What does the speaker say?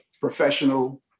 professional